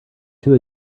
two